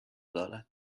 دارد